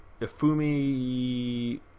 Ifumi